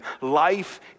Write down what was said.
Life